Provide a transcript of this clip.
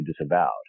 disavowed